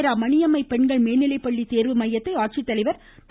ரா மணியம்மை பெண்கள் மேல்நிலைப்பள்ளி தேர்வு மையத்தை ஆட்சித்தலைவர் திரு